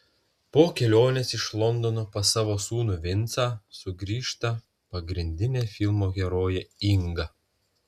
po kelionės iš londono pas savo sūnų vincą sugrįžta pagrindinė filmo herojė inga